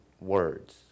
words